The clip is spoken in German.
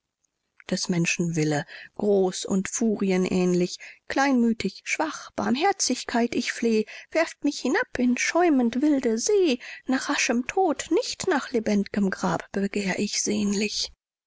des menschen wille groß und furien ähnlich kleinmütig schwach barmherzigkeit ich fleh werft mich hinab in schäumend wilde see nach raschem tod nicht nach lebend'gem grab begehr ich sehnlich